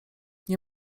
nie